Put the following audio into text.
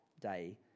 day